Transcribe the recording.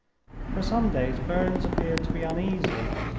for some days burns appeared to be uneasy,